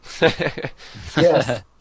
Yes